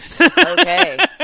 okay